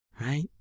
right